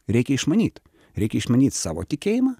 reikia išmanyt reikia išmanyt savo tikėjimą